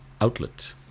outlet